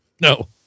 No